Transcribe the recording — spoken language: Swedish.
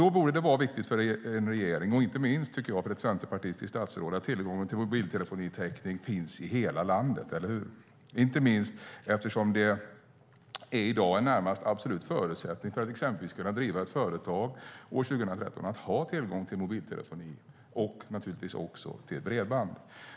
Det borde vara viktigt för en regering, inte minst för ett centerpartistiskt statsråd, att tillgång till mobiltelefonitäckning finns i hela landet - eller hur? Det är i dag, år 2013, närmast en förutsättning för att till exempel kunna driva ett företag att ha tillgång till mobiltelefoni och naturligtvis bredband.